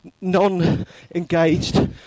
non-engaged